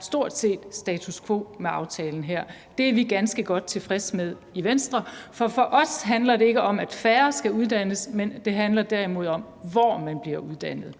stort set er status quo med aftalen her. Det er vi ganske godt tilfreds med i Venstre, for for os handler det ikke om, at færre skal uddannes, men det handler derimod om, hvor man bliver uddannet.